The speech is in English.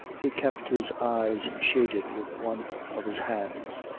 he kept his eyes shaded with one of his hands.